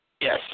Yes